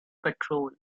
patrol